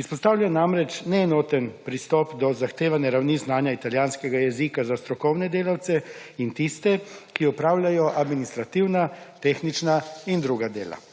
Izpostavlja namreč neenoten pristop do zahtevane ravni znanja italijanskega jezika za strokovne delavce in tiste, ki opravljajo administrativna, tehnična in druga dela.